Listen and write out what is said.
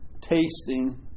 tasting